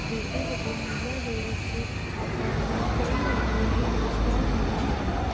ਵੱਡੇ ਵੱਡੇ ਮੇਲਿਆਂ ਦੇ ਵਿੱਚ ਆਪਾਂ ਨੂੰ ਕਈ ਤਰ੍ਹਾਂ ਦੇ ਰੋਜ਼ਗਾਰ ਮਿਲਦੇ ਨੇ